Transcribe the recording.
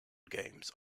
games